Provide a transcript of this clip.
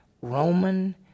Roman